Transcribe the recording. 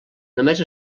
només